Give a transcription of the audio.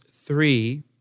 three